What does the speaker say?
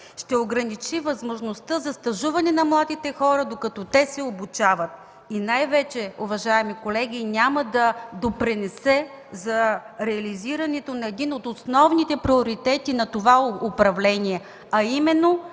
ще ограничи възможността за стажуване на младите хора, докато те се обучават. И най-вече, уважаеми колеги, няма да допринесе за реализирането на един от основните приоритети на това управление, а именно